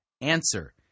Answer